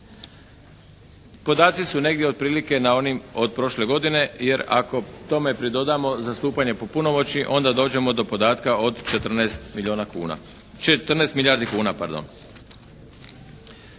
Podaci su negdje otprilike na onim od prošle godine, jer ako tome pridodamo zastupanje po punomoći onda dođemo do podatka od 14 milijardi kuna.